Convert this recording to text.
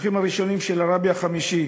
השלוחים הראשונים של הרבי החמישי,